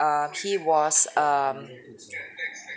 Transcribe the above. err he was um